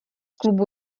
klubu